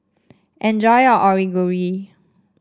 enjoy your Onigiri